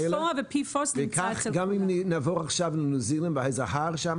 וגם אם נעבור עכשיו לאיזה הר בניו זילנד,